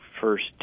first